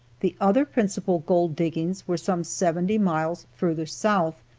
the other principal gold diggings were some seventy miles further south,